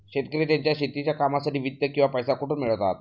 शेतकरी त्यांच्या शेतीच्या कामांसाठी वित्त किंवा पैसा कुठून मिळवतात?